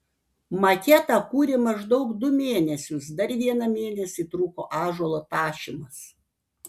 maketą kūrė maždaug du mėnesius dar vieną mėnesį truko ąžuolo tašymas